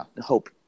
hope